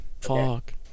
Fuck